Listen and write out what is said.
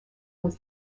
was